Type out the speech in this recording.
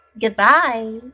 goodbye